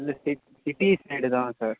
இல்லை சிட் city side தான் சார்